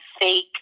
fake